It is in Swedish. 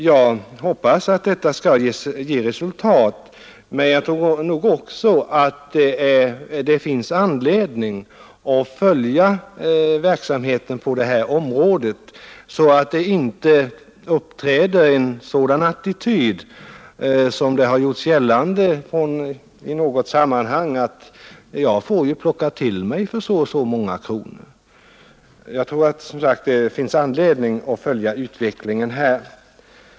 Jag hoppas att åtgärderna skall ge resultat, men jag tror också att det finns anledning att följa verksamheten på detta område, så att det inte, vilket har gjorts gällande i något sammanhang, uppträder en sådan attityd som att man ju får plocka till sig för så och så många kronor. Jag tror som sagt att det finns anledning att följa utvecklingen här.